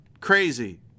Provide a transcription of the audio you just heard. crazy